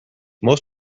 most